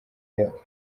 yabo